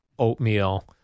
oatmeal